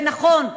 ונכון,